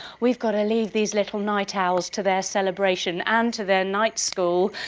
we've got to leave these little night owls to their celebration and to their night school.